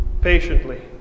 patiently